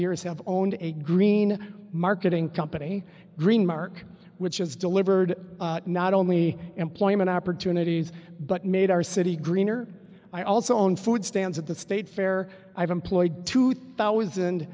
years have owned a green marketing company green mark which is delivered not only employment opportunities but made our city greener i also own food stands at the state fair i've employed two thousand